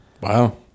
Wow